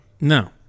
No